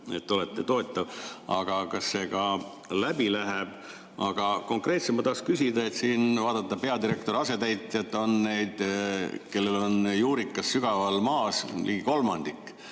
te olete toetav. Aga kas see ka läbi läheb? Konkreetselt tahan küsida, et kui vaadata peadirektori asetäitjaid, siis neid, kellel on juurikas sügaval maas, on ligi kolmandik.